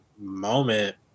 moment